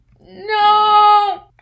No